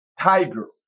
tiger